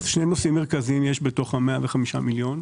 שני נושאים מרכזיים יש בתוך ה-105 מיליון שקל.